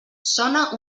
sona